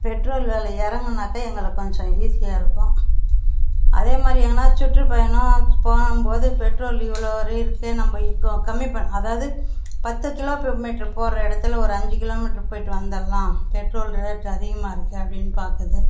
petrol விலை இறங்குன்னா தான் எங்களுக்கு கொஞ்சம் ஈஸியாக இருக்கும் அதேமாதிரி எங்கனாச்சும் சுற்றுப் பயணம் போலான்போது பெட்ரோல் இவ்வளோ வரையும் இருக்கு நம்ப இப்போ கம்மிப் பண் அதாவது பத்து கிலோ மீட்ரு போகிற இடத்துல ஒரு அஞ்சு கிலோ மீட்ரு போயிட்டு வந்துர்லாம் பெட்ரோல் ரேட்டு அதிகமாக இருக்கு அப்படின் பார்க்குது